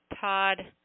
Todd